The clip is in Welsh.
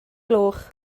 gloch